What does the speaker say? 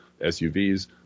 SUVs